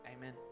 amen